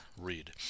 read